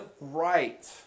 right